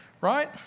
Right